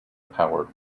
power